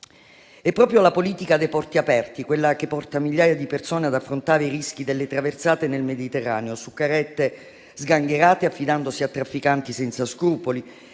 È proprio la politica dei porti aperti quella che porta migliaia di persone ad affrontare i rischi delle traversate nel Mediterraneo su carrette sgangherate, affidandosi a trafficanti senza scrupoli.